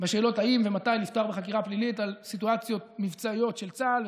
בשאלות האם ומתי לפתוח בחקירה פלילית על סיטואציות מבצעיות של צה"ל.